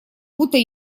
будто